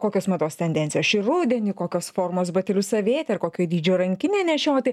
kokios mados tendencijos šį rudenį kokios formos batelius avėti ar kokio dydžio rankinę nešioti